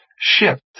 shift